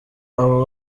abo